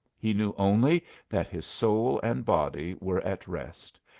he knew only that his soul and body were at rest,